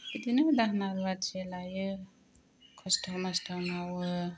बिदिनो दाहोना रुवाथि लायो खस्थ' मस्थ' मावो